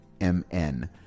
m-n